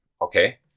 Okay